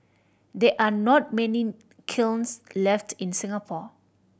there are not many kilns left in Singapore